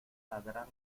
ladrar